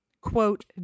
quote